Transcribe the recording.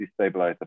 destabilize